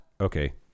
Okay